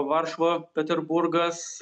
varšuva peterburgas